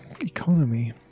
economy